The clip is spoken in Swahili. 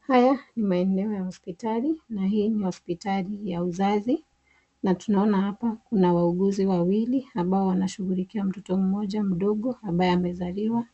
Haya ni maeneo ya haospitali na hii ni hospitali ya uzazi, na tunaona hapa kuna wauguzi wawili ambao wanashughulikia mtoto mdogo ambaye amezaliwa.